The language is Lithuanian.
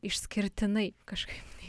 išskirtinai kažkaip tai